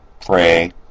pray